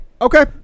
Okay